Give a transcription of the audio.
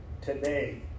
today